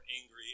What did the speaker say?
angry